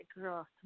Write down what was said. girl